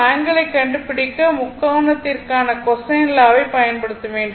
ஆங்கிளை கண்டுபிடிக்க முக்கோணத்திற்கான கொசைன் லா வை பயன்படுத்த வேண்டும்